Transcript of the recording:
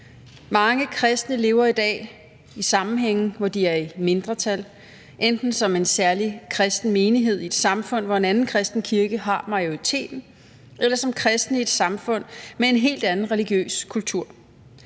Mange kristne lever i dag i sammenhænge, hvor de er i mindretal, enten som en særlig kristen menighed i et samfund, hvor en anden kristen kirke har majoriteten, eller som kristne i et samfund med en helt anden religiøs kultur.